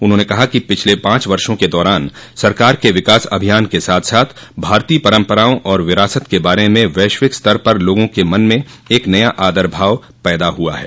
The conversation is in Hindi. उन्होंने कहा कि पिछले पांच वर्षो के दौरान सरकार के विकास अभियान के साथ साथ भारतीय परम्पराओं और विरासत के बारे में वैश्विक स्तर पर लोगों क मन में एक नया आदर भाव पैदा हूआ है